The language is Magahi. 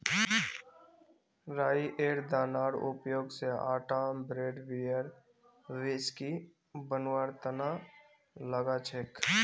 राईयेर दानार उपयोग स आटा ब्रेड बियर व्हिस्की बनवार तना लगा छेक